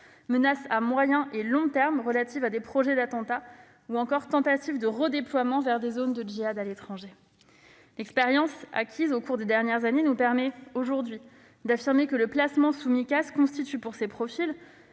menace à moyen et long terme relative à des projets d'attentats ou encore tentatives de redéploiement vers des zones de djihad à l'étranger. L'expérience acquise au cours des dernières années nous permet aujourd'hui d'affirmer que le placement sous Micas (mesures